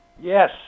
yes